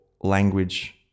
language